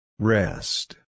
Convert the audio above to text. Rest